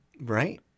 Right